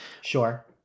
Sure